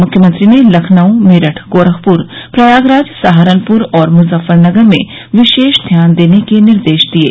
मुख्यमंत्री ने लखनऊ मेरठ गोरखपुर प्रयागराज सहारनपुर और मुजफ्फरनगर में विशेष ध्यान देने के निर्देश दिये